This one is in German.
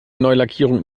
neulackierung